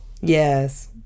yes